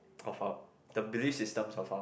of our the belief system of our